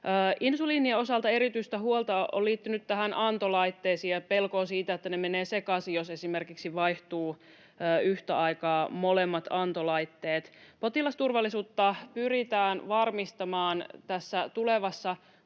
Insuliinin osalta erityistä huolta on liittynyt näihin antolaitteisiin ja pelkoa siitä, että ne menevät sekaisin, jos esimerkiksi molemmat antolaitteet vaihtuvat yhtä aikaa. Potilasturvallisuutta pyritään varmistamaan tässä tulevassa